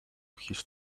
his